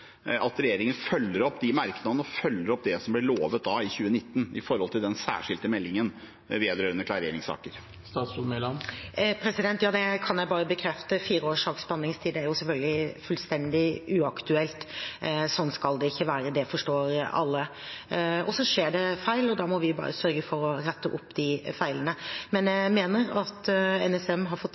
at regjeringen følger opp de merknadene og følger opp det som ble lovet i 2019 når det gjelder den særskilte meldingen vedrørende klareringssaker. Ja, det kan jeg bare bekrefte. Fire års saksbehandlingstid er selvfølgelig fullstendig uaktuelt. Sånn skal det ikke være, det forstår alle. Så skjer det feil, og da må vi bare sørge for å rette opp de feilene. Men jeg mener at NSM har fått